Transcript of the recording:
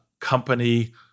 company